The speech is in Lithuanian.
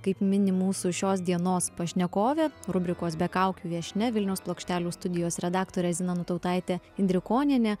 kaip mini mūsų šios dienos pašnekovė rubrikos be kaukių viešnia vilniaus plokštelių studijos redaktorė zina nutautaitė indrikonienė